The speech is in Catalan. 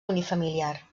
unifamiliar